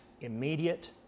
immediate